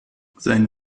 sein